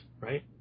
right